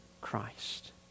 Christ